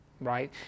right